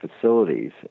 facilities